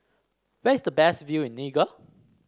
where is the best view in Niger